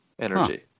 energy